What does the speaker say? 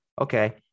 Okay